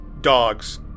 dogs